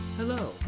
Hello